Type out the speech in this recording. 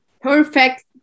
perfect